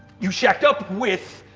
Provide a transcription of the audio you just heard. you shacked up with.